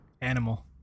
Animal